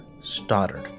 Stoddard